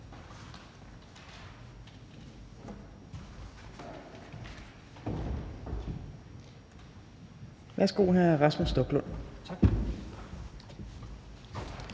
Værsgo til hr. Rasmus Stoklund. Kl.